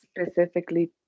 specifically